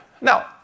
Now